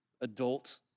adult